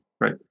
right